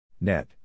Net